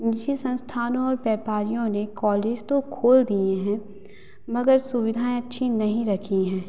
ये संस्थानों और व्यापारियों ने कॉलेज तो खोल दिए हैं मगर सुविधाएँ अच्छी नहीं रखी हैं